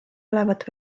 olevat